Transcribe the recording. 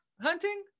hunting